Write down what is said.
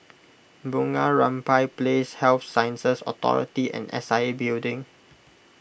Bunga Rampai Place Health Sciences Authority and S I A Building